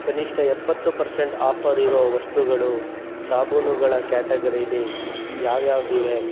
ಕನಿಷ್ಠ ಎಪ್ಪತ್ತು percent offer ಇರೋ ವಸ್ತುಗಳು ಸಾಬೂನುಗಳ ಕ್ಯಾಟೆಗರೀಲಿ ಯಾವ್ಯಾವುದಿವೆ